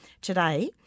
today